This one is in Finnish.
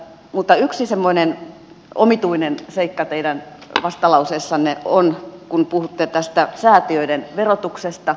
mutta yksi semmoinen omituinen seikka teidän vastalauseessanne on kun puhutte tästä säätiöiden verotuksesta